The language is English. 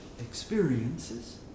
experiences